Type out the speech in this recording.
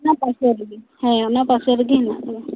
ᱚᱱᱟ ᱯᱟᱥᱮ ᱨᱮᱜᱮ ᱦᱮᱸ ᱚᱱᱟ ᱯᱟᱥᱮ ᱨᱮᱜᱮ ᱦᱮᱱᱟᱜ ᱟᱠᱟᱫᱟ